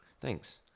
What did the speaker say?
Thanks